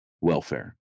welfare